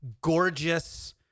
gorgeous